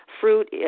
Fruit